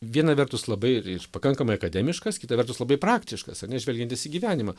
viena vertus labai ir pakankamai akademiškas kita vertus labai praktiškas ar ne žvelgiantis į gyvenimą